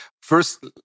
First